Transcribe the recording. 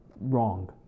wrong